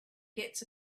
gets